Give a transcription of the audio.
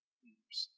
leaders